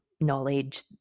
knowledge